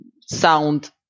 sound